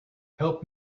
help